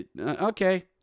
Okay